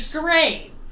great